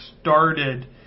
started